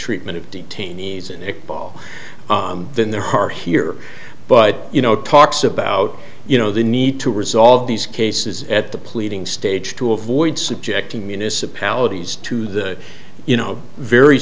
treatment of detainees in a ball than their heart here but you know talks about you know the need to resolve these cases at the pleading stage to avoid subjecting municipalities to the you know very